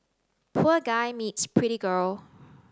poor guy meets pretty girl